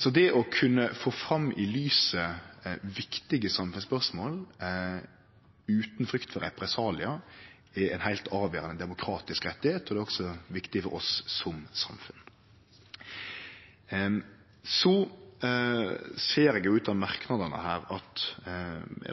Så det å kunne få fram i lyset viktige samfunnsspørsmål utan frykt for represaliar er ein heilt avgjerande demokratisk rett, og det er også viktig for oss som samfunn. Eg ser av merknadene at